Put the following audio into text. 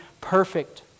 perfect